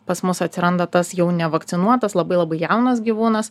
pas mus atsiranda tas jau nevakcinuotas labai labai jaunas gyvūnas